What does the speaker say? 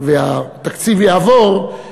והתקציב יעבור,